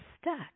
stuck